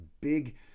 big